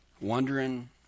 Wondering